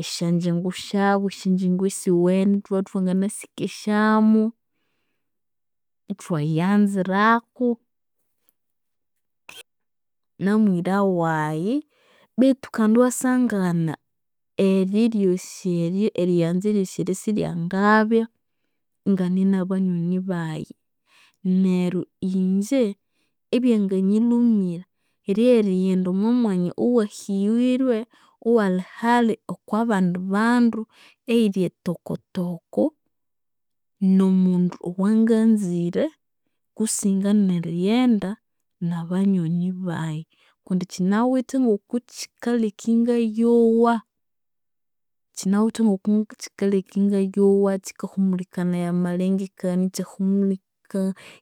Esyanjingu syabu, esyanjingu esiwene ithwabya ithwangina sikesyaku, ithwayanziraku namwira wayi betu kandi iwasangana eriyanza eryosi eryo isiryangabya inganne nabanyoni bayi. Neryo inje ebyanganyilhumira, ryerighenda omwamwanya owahighirwe, owali hali okwabandi bandu eyiri etokotoko, nomundu owanganzire kusinga nerighenda nabanywani bayi. Kundi kyinawithe ngokukyikaleka ingayowa, kyinawithe ngokukyikaleka ingayowa, kyikahumulikanaya amalengekania,